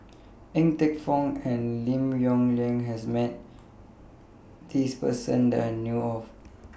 Ng Teng Fong and Lim Yong Liang has Met This Person that I know of